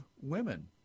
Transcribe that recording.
women